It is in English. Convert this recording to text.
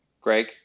Greg